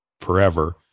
forever